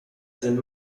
sind